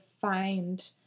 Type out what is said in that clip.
find